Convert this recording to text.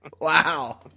Wow